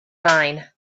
mine